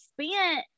spent